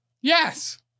yes